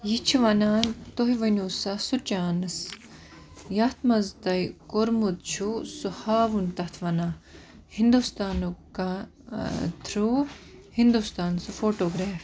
یہِ چھُ وَنان تُہۍ ؤنِو سا سُہ چانس یتھ مَنٛز تۄہہِ کوٚرمُت چھوٗ سُہ ہاوُن تتھ وَنان ہِندُستانُک کانٛہہ تھروٗ ہِندُستان سُہ فوٹوگریف